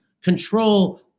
control